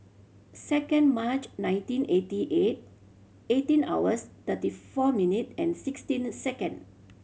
second March nineteen eighty eight eighteen hours thirty four minute and sixteen second